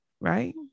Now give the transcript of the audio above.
right